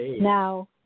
now